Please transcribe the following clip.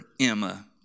Emma